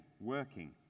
working